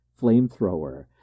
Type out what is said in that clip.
flamethrower